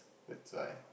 that's why